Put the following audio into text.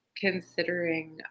considering